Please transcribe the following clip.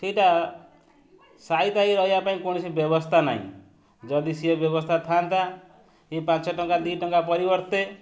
ସେଇଟା ସାଇତା ହେଇ ରହିବା ପାଇଁ କୌଣସି ବ୍ୟବସ୍ଥା ନାହିଁ ଯଦି ସିଏ ବ୍ୟବସ୍ଥା ଥାଆନ୍ତା ଏ ପାଞ୍ଚ ଟଙ୍କା ଦୁଇ ଟଙ୍କା ପରିବର୍ତ୍ତେ